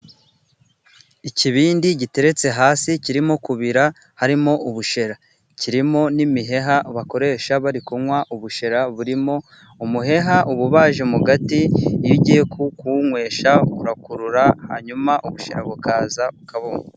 Ikibindi giteretse hasi kirimo kubira, harimo ubushera. Kirimo n'imiheha bakoresha bari kunywa ubushera burimo. Umuheha uba ubaje mu gati. Iyo ugiye kuwunywesha urakurura hanyuma ubushera bukaza ukabunywa.